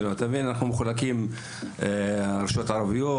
אנחנו מחולקים הרשויות הערביות,